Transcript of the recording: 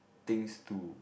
things to